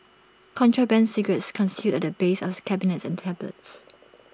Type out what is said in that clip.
contraband cigarettes concealed at the base of cabinets and tablets